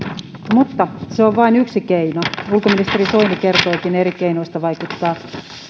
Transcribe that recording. mutta se on vain yksi keino ulkoministeri soini kertoikin eri keinoista